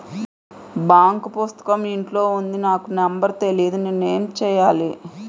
Bank పుస్తకం ఇంట్లో ఉంది నాకు నంబర్ తెలియదు నేను ఏమి చెయ్యాలి?